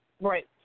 Right